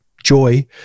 joy